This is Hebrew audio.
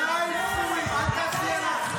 אל תעשי עליי סיבוב.